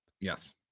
Yes